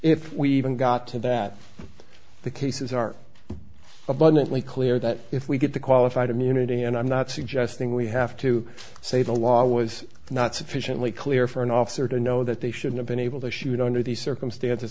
if we even got to that the cases are abundantly clear that if we get the qualified immunity and i'm not suggesting we have to say the law was not sufficiently clear for an officer to know that they should have been able to shoot under these circumstances